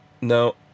no